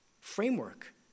framework